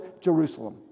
Jerusalem